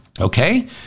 okay